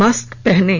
mask पहनें